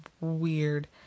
weird